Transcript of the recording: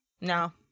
No